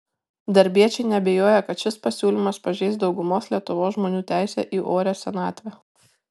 darbiečiai neabejoja kad šis pasiūlymas pažeis daugumos lietuvos žmonių teisę į orią senatvę